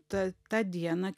ta tą dieną